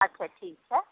अच्छा ठीक छै